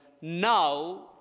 now